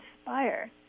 inspire